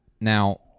Now